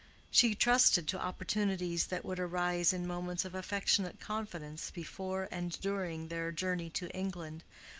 she trusted to opportunities that would arise in moments of affectionate confidence before and during their journey to england,